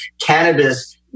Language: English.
cannabis